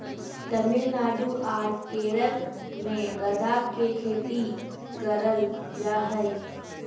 तमिलनाडु आर केरल मे गदा के खेती करल जा हय